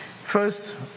first